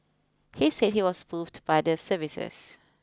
he said he was moved by the services